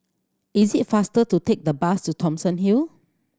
is it faster to take the bus to Thomson Hill